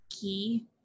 key